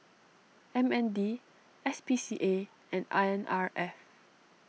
M N D S P C A and R N R F